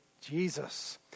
Jesus